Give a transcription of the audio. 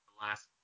last